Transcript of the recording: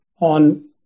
on